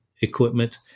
equipment